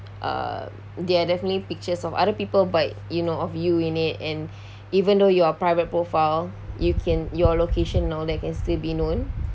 uh they are definitely pictures of other people but you know of you in it and even though you're private profile you can your location you know that can still be known